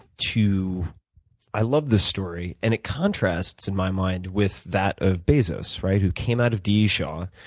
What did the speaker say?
to i love this story, and it contrasts, in my mind, with that of bezos, right, who came out of d e. shaw,